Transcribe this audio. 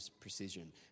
precision